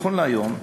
נכון להיום,